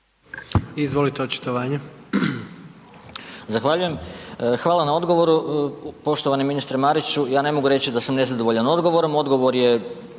Izvolite očitovanje.